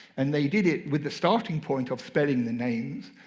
and they did it with the starting point of spelling the names.